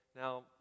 Now